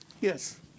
Yes